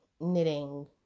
knitting